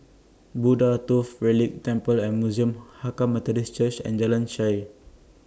Buddha Tooth Relic Temple and Museum Hakka Methodist Church and Jalan Shaer